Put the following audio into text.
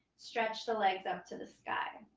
stretch the legs up to the sky.